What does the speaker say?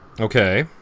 Okay